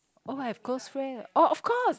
oh I have close friends oh of course